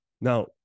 Now